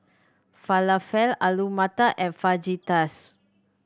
Falafel Alu Matar and Fajitas